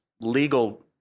legal